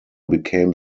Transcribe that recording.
became